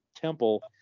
temple